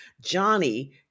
Johnny